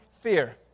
fear